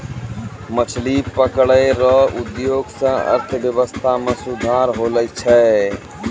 मछली पकड़ै रो उद्योग से अर्थव्यबस्था मे सुधार होलो छै